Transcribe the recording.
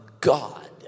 God